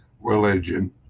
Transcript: religion